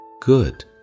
Good